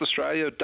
Australia